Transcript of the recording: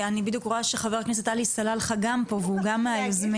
אני בדיוק רואה שח"כ עלי סלאלחה גם פה והוא גם מהיוזמים.